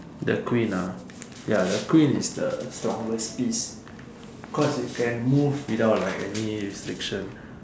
the queen ah ya the queen is the strongest piece cause she can move without like any restrictions